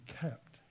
kept